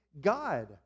God